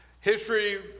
History